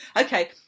okay